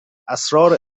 اسرار